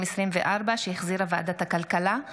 שהחזירה ועדת הכלכלה.